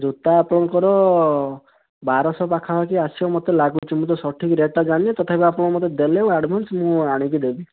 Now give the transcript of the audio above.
ଜୋତା ଆପଣଙ୍କର ବାରଶହ ପାଖାପାଖି ଆସିବ ମୋତେ ଲାଗୁଛି ମୁଁ ତ ସଠିକ ରେଟଟା ଜାଣିନି ତଥାପି ଆପଣ ମୋତେ ଦେଲେ ଆଡ଼ଭାନ୍ସ୍ ମୁଁ ଆଣିକି ଦେବି